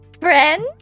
Friend